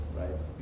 right